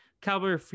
Cowboy